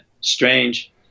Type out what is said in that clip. strange